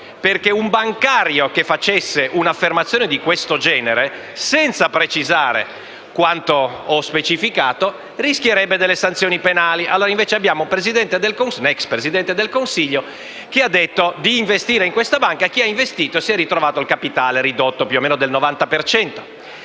un bancario che facesse un'affermazione di questo genere, senza precisare quanto ho sopra specificato, rischierebbe sanzioni penali. Invece abbiamo un ex Presidente del Consiglio che ha detto di investire in questa banca e chi ha investito si è ritrovato il capitale ridotto più o meno del 90